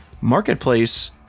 marketplace